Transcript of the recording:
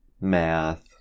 Math